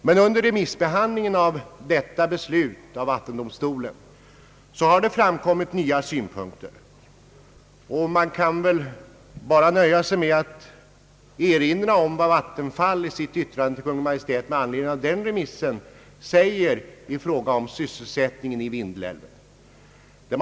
Men under remissbehandlingen av detta beslut av vattendomstolen har det framkommit nya synpunkfer. Jag vill nöja mig med att bara erinra om vad Vattenfall i sitt yttrande till Kungl. Maj:t säger i fråga om sysselsättningen i Vindelälvsdalen.